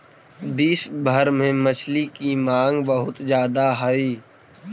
विश्व भर में मछली की मांग बहुत ज्यादा हई